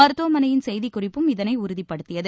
மருத்துவமனையின் செய்திக்குறிப்பும் இதனை உறுதிப்படுத்தியது